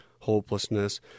hopelessness